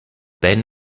ben